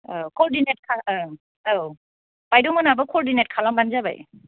औ खयदिनसो थागोन ओं औ बायद' मोनहाबो करदिनेट खालामबानो जाबाय